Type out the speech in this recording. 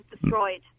destroyed